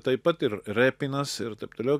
taip pat ir repinas ir taip toliau